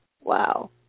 Wow